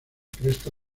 cresta